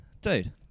dude